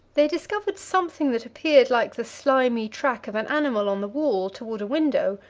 they discovered something that appeared like the slimy track of an animal on the wall, toward a window,